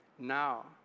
now